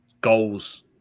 goals